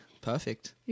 Perfect